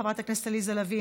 חברת הכנסת עליזה לביא,